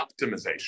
optimization